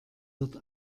wird